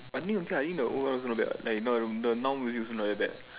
I think okay lah I think the old one not bad what the now music also not that bad